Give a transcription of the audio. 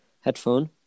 headphone